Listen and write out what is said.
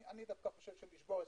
אני חושב שלשבור הסכמים,